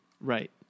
Right